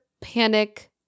panic